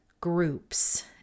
groups